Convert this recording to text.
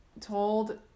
told